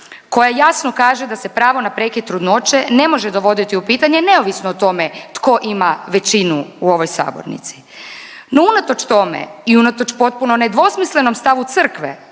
koja jasno kaže da se pravo na prekid trudnoće ne može dovoditi u pitanje neovisno o tome tko ima većinu u ovoj sabornici. No, unatoč tome i unatoč potpuno nedvosmislenom stavu Crkve